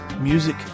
Music